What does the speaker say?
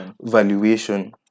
valuation